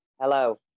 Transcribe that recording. Hello